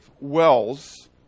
wells